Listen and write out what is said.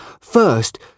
First